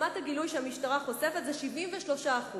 רמת הגילוי שהמשטרה חושפת זה 73%;